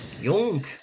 young